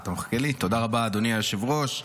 תודה רבה, אדוני היושב-ראש.